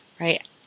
Right